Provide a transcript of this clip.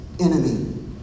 enemy